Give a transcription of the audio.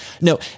No